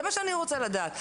זה מה שאני רוצה לדעת.